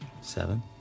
Seven